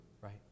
right